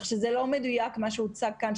כך שלא מדויק מה שהוצג כאן,